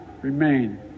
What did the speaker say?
remain